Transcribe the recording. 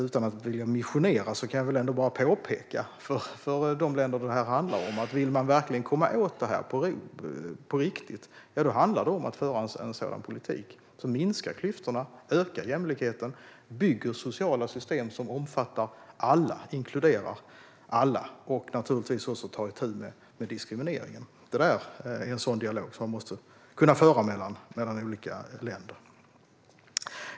Utan att vilja missionera kan jag väl ändå påpeka för de länder problemet handlar om att om man vill komma åt problemet på riktigt handlar det om att föra en politik som minskar klyftorna, ökar jämlikheten, bygger sociala system som omfattar och inkluderar alla - och naturligtvis ta itu med diskrimineringen. Det är en sådan dialog som måste kunna föras mellan olika länder.